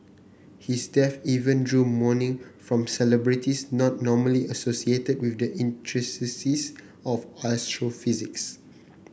his death even drew mourning from celebrities not normally associated with the intricacies of astrophysics